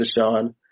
Deshaun